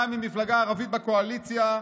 גם ממפלגה ערבית בקואליציה,